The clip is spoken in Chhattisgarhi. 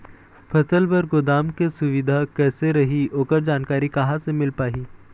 फसल बर गोदाम के सुविधा कैसे रही ओकर जानकारी कहा से मिल पाही?